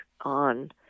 on